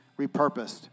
repurposed